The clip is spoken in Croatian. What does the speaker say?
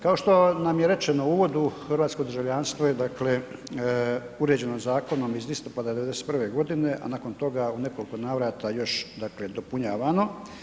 Kao što nam je rečeno u uvodu, hrvatsko državljanstvo je dakle uređeno zakonom iz listopada '91. godine, a nakon toga u nekoliko navrata još dakle dopunjavano.